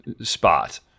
spot